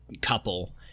couple